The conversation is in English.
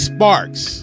Sparks